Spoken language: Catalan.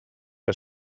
que